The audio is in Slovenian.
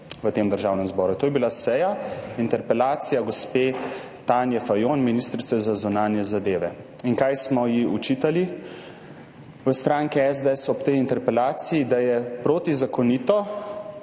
v Državnem zboru. To je bila seja interpelacija gospe Tanje Fajon, ministrice za zunanje zadeve. Kaj smo ji v stranki SDS očitali ob tej interpelaciji? Da je protizakonito